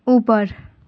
ऊपर